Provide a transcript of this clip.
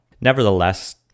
Nevertheless